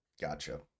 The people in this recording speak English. Gotcha